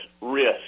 risk